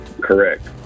Correct